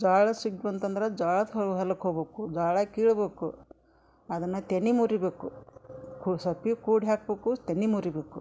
ಜ್ವಾಳದ ಸುಗ್ ಬಂತಂದ್ರ ಜ್ವಾಳದ ಹೊಲ ಹೊಲಕ್ಕೆ ಹೋಗ್ಬೇಕು ಜ್ವಾಳ ಕೀಳ್ಬೇಕು ಅದನ ತೆನಿ ಮುರಿಬೇಕು ಸೊಪ್ಪಿ ಕೂಡ್ಯ ಹಾಕಬೇಕು ತೆನಿ ಮುರಿಬೇಕು